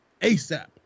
ASAP